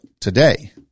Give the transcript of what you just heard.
today